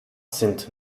sind